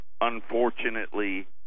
unfortunately